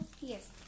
Yes